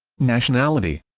nationality